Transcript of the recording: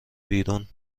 بیرون